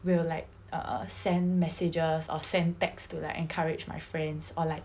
will like err send messages or send texts to like encourage my friends or like